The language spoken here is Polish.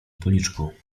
policzku